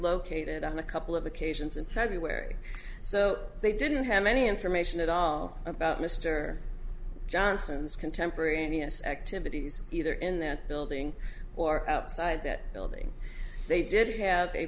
located on a couple of occasions and february so they didn't have any information at all about mr johnson's contemporaneous activities either in that building or outside that building they did have a